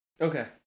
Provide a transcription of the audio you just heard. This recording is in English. Okay